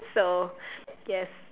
so yes